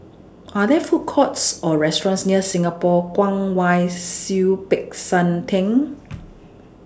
Are There Food Courts Or restaurants near Singapore Kwong Wai Siew Peck San Theng